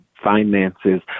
finances